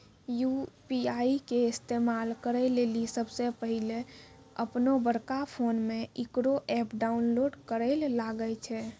UPI के इस्तेमाल करै लेली सबसे पहिलै अपनोबड़का फोनमे इकरो ऐप डाउनलोड करैल लागै छै